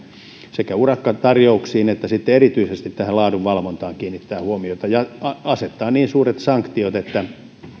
sekä urakkatarjouksiin että erityisesti laadunvalvontaan kiinnittää huomiota ja asettaa niin suuret sanktiot että